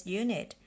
unit